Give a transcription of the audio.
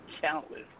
countless